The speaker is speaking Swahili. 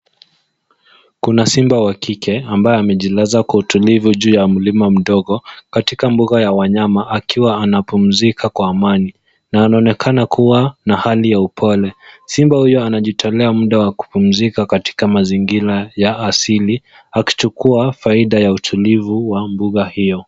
Kuna simba wa kike ambaye amejilaza kwa utulivu juu ya mlima mdogo katika mbuga ya wanyama akiwa anapumzika kwa amani na anaonekana kuwa na hali ya upole. Simba huyu anajitolea muda wa kupumzika katika mazingira ya asili akichukua faida ya utulivu wa mbuga hiyo.